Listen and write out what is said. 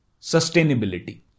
sustainability